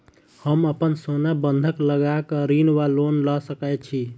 हम अप्पन सोना बंधक लगा कऽ ऋण वा लोन लऽ सकै छी?